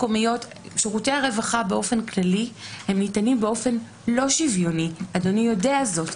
שירותי הרווחה באופן כללי ניתנים באופן לא שוויוני ואדוני יודע זאת.